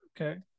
okay